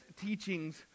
teachings